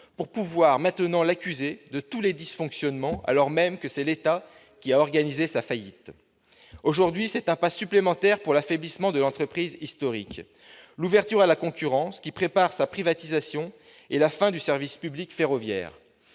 pour pouvoir maintenant l'accuser de tous les dysfonctionnements, alors même que c'est l'État qui a organisé sa faillite. Aujourd'hui, on franchit un pas supplémentaire dans l'affaiblissement de l'entreprise historique avec l'ouverture à la concurrence, qui prépare sa privatisation et la fin du service public ferroviaire.